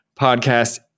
podcast